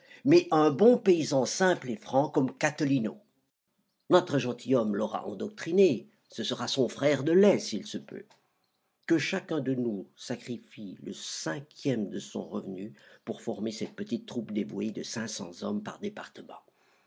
mais un bon paysan simple et franc comme cathelineau notre gentilhomme l'aura endoctriné ce sera son frère de lait s'il se peut que chacun de nous sacrifie le cinquième de son revenu pour former cette petite troupe dévouée de cinq cents hommes par département